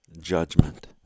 judgment